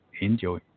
enjoy